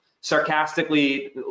sarcastically